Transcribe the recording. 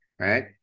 right